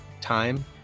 time